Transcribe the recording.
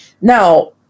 now